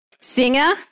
singer